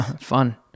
Fun